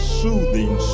soothing